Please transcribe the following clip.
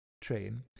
train